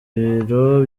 ibiro